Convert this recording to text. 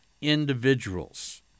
individuals